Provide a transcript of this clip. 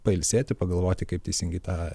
pailsėti pagalvoti kaip teisingai tą